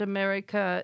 America